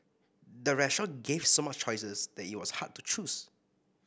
the restaurant gave so many choices that it was hard to choose